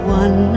one